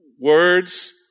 words